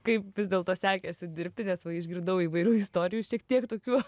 kaip vis dėlto sekėsi dirbti nes išgirdau įvairių istorijų šiek tiek tokių